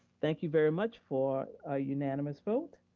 thank you very much for a unanimous vote.